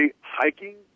hiking